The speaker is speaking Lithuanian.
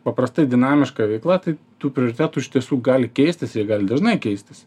paprastai dinamiška veikla tai tų prioritetų iš tiesų gali keistis jie gali dažnai keistis